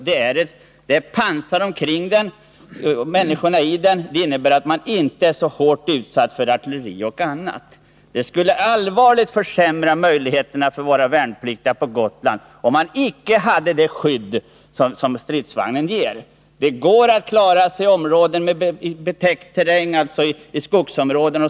Det är ett pansar i stridsvagnen som skyddar människorna i den. Det innebär att människorna inte är så hårt utsatta för bl.a. artilleri. Det skulle allvarligt försämra möjligheterna för våra värnpliktiga på Gotland, om man icke hade det skydd som stridsvagnen ger. Det går att klara sig utan pansar i områden med betäckt terräng, bl.a. skogsområden.